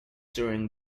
during